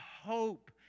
hope